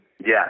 Yes